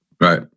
Right